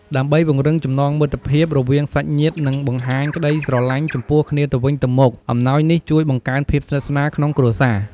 ដើម្បីពង្រឹងចំណងមិត្តភាពរវាងសាច់ញាតិ និងបង្ហាញក្តីស្រឡាញ់ចំពោះគ្នាទៅវិញទៅមក អំណោយនេះជួយបង្កើនភាពស្និទ្ធស្នាលក្នុងគ្រួសារ។